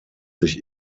sich